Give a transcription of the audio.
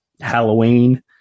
Halloween